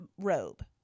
robe